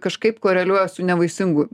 kažkaip koreliuoja su nevaisingu